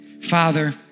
Father